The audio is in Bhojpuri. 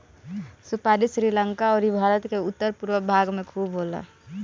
सुपारी श्रीलंका अउरी भारत के उत्तर पूरब भाग में खूब होला